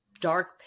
dark